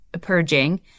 purging